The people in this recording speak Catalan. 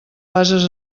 bases